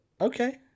Okay